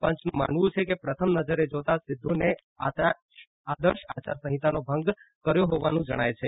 પંચનું માનવું છે કે પ્રથમ નજરે જોતાં સિધ્ધુએ આદર્શ આચાર સંહિતાનો ભંગ કર્યો હોવાનું જણાય છે